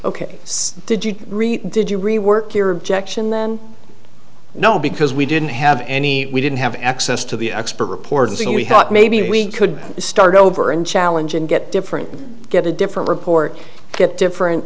ok did you did you rework your objection then no because we didn't have any we didn't have access to the expert reports and we had maybe we could start over and challenge and get different get a different report get different